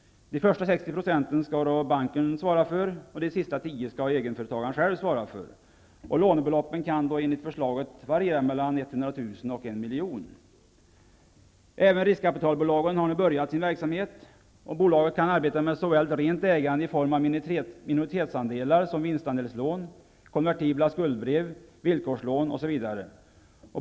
De första 60 procenten skall banken svara för, och de sista 10 procenten skall egenföretagaren själv svara för. Lånebeloppen kan enligt förslaget variera mellan 100 000 och 1 miljon. Även riskkapitalbolagen har nu börjat sin verksamhet. Bolagen kan arbeta med såväl rent ägande i form av minoritetsandelar som med vinstandelslån, konvertibla skuldbrev, villkorslån, osv.